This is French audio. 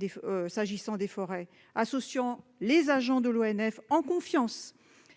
la forêt responsable, associant les agents de l'ONF en confiance.